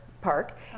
Park